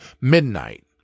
midnight